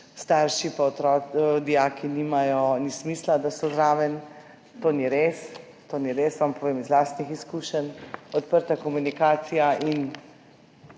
starši pa dijaki ni smisla, da so zraven, to ni res. To ni res, vam povem iz lastnih izkušenj. Odprta komunikacija in